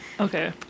okay